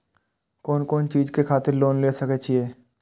कोन कोन चीज के खातिर लोन ले सके छिए?